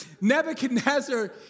Nebuchadnezzar